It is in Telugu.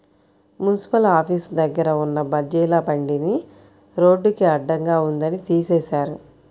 మున్సిపల్ ఆఫీసు దగ్గర ఉన్న బజ్జీల బండిని రోడ్డుకి అడ్డంగా ఉందని తీసేశారు